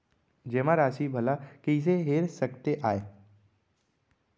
जेमा राशि भला कइसे हेर सकते आय?